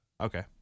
Okay